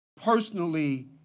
Personally